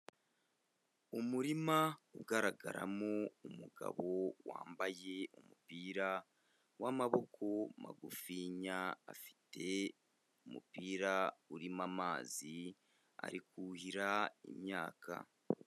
Umurima ugaragaramo umugabo wambaye umupira w'amaboko magufiya, afite umupira urimo amazi, ari kuhira imyaka.